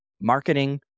marketing